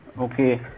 Okay